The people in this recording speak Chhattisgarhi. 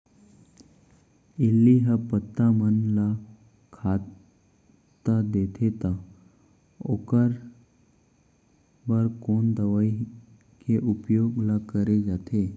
इल्ली ह पत्ता मन ला खाता देथे त ओखर बर कोन दवई के उपयोग ल करे जाथे?